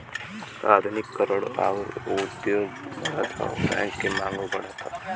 आधुनिकी करण आउर उद्योग बढ़त हौ बैंक क मांगो बढ़त हौ